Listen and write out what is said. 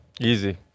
Easy